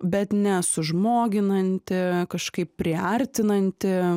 bet ne sužmoginanti kažkaip priartinanti